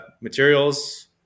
materials